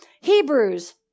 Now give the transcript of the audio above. Hebrews